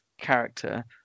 character